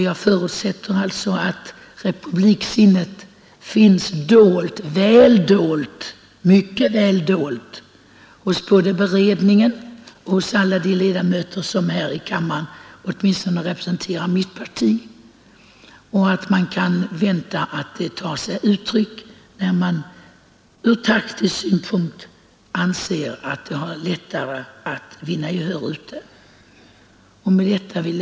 Jag förutsätter alltså att republiksinnet finns dolt — mycket väl dolt — hos både beredningen och hos alla de ledamöter som här i kammaren åtminstone representerar mitt parti och att man kan vänta sig att den uppfattningen tar sig uttryck när den anses ha lättare, ur taktisk synpunkt, att vinna gehör.